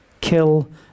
kill